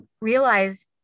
realize